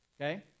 Okay